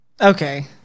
Okay